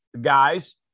guys